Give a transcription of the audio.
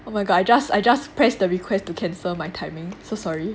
oh my god I just I just press the request to cancel my timing so sorry